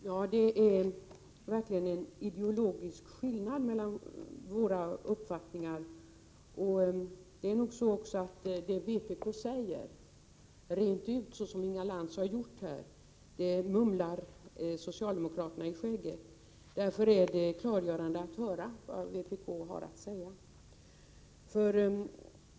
Herr talman! Det är verkligen en ideologisk skillnad mellan våra uppfattningar. Det är nog också så att det som vpk säger rent ut, som Inga Lantz här har gjort, mumlar socialdemokraterna i skägget. Därför är det klargörande att höra vad vpk har att säga.